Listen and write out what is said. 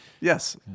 Yes